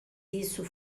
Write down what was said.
isso